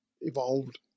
evolved